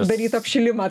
darytų apšilimą